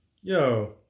Yo